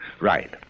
Right